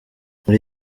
muri